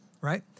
right